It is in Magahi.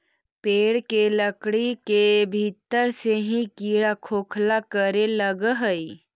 पेड़ के लकड़ी के भीतर से ही कीड़ा खोखला करे लगऽ हई